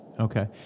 Okay